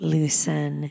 Loosen